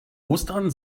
ostern